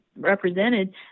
represented